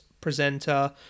presenter